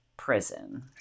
prison